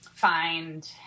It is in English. find